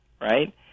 right